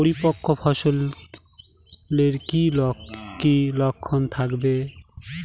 পরিপক্ক ফসলের কি কি লক্ষণ থাকবে?